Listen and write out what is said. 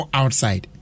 outside